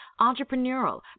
entrepreneurial